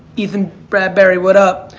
ethan bradbury waddup.